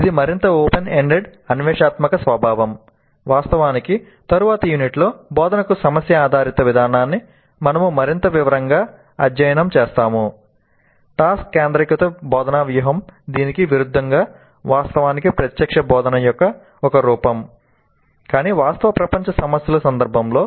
ఇది మరింత open ended task కేంద్రీకృత బోధనా వ్యూహం దీనికి విరుద్ధంగా వాస్తవానికి ప్రత్యక్ష బోధన యొక్క ఒక రూపం కానీ వాస్తవ ప్రపంచ సమస్యల సందర్భంలో